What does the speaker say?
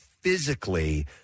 physically